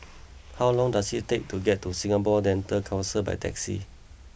how long does it take to get to Singapore Dental Council by taxi